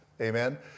Amen